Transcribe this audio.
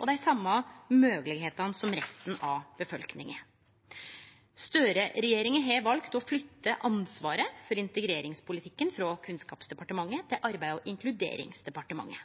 og dei same moglegheitene som resten av befolkninga. Støre-regjeringa har valt å flytte ansvaret for integreringspolitikken frå Kunnskapsdepartementet til Arbeids- og inkluderingsdepartementet.